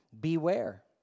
Beware